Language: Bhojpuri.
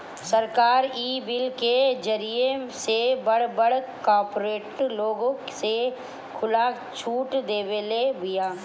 सरकार इ बिल के जरिए से बड़ बड़ कार्पोरेट लोग के खुला छुट देदेले बिया